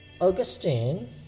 Augustine